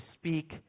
speak